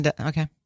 Okay